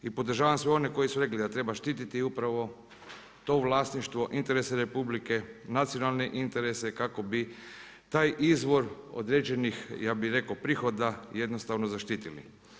I podržavam sve one koji su rekli da treba štititi upravo to vlasništvo, interese Republike, nacionalne interese kako bi taj izvor određenih prihoda jednostavno zaštitili.